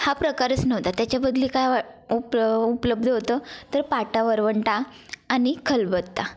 हा प्रकारच नव्हता त्याच्या बदली काय वा उप उपलब्ध होतं तर पाटा वरवंटा आणि खलबत्ता